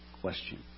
question